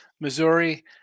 Missouri